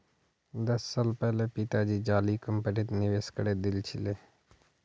दस साल पहले पिताजी जाली कंपनीत निवेश करे दिल छिले